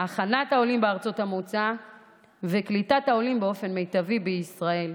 הכנת העולים בארצות המוצא וקליטת העולים באופן מיטבי בישראל.